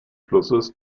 flusses